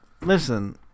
listen